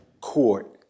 court